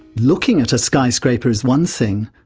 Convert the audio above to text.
looking at a skyscraper is one thing,